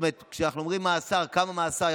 כשאנחנו אומרים מאסר, כמה זמן מאסר?